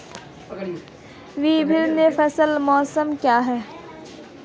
विभिन्न फसल मौसम क्या हैं?